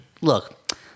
Look